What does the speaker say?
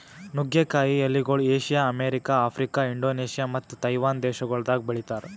ನುಗ್ಗೆ ಕಾಯಿ ಎಲಿಗೊಳ್ ಏಷ್ಯಾ, ಅಮೆರಿಕ, ಆಫ್ರಿಕಾ, ಇಂಡೋನೇಷ್ಯಾ ಮತ್ತ ತೈವಾನ್ ದೇಶಗೊಳ್ದಾಗ್ ಬೆಳಿತಾರ್